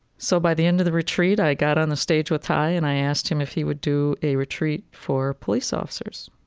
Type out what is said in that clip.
so by the end of the retreat, i got on the stage with thay, and i asked him if he would do a retreat for police officers.